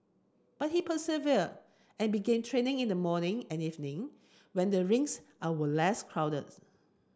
but he persevered and began training in the morning and evening when the rinks are were less crowded